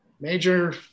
major